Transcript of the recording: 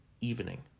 evening